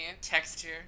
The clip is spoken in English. Texture